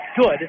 good